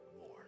more